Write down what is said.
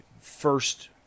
first